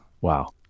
Wow